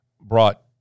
brought